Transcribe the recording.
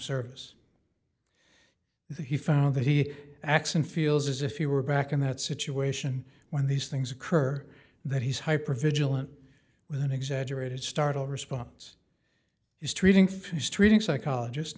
service that he found that he acts and feels as if you were back in that situation when these things occur that he's hyper vigilant with an exaggerated startle response is treating fuse treating psychologist